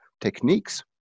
techniques